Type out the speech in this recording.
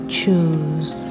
choose